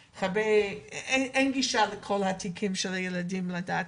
אין גישה לכל התיקים של הילדים בכדי לדעת,